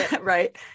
Right